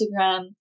instagram